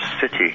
city